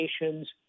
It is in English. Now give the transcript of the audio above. nations